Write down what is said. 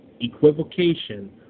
equivocation